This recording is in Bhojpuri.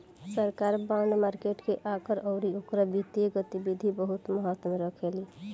सरकार बॉन्ड मार्केट के आकार अउरी ओकर वित्तीय गतिविधि बहुत महत्व रखेली